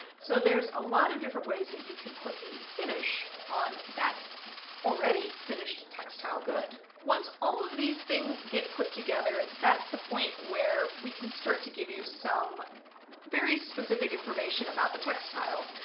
so there's a lot of different ways that you can put a finish on that already finished textile good. once all of these things get put together that's the point where we can start to give you some very specific information about the textile.